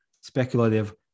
speculative